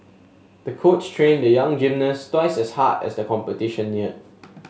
the coach trained the young gymnast twice as hard as the competition neared